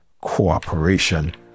cooperation